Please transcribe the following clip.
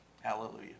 Hallelujah